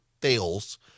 fails